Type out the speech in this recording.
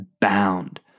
bound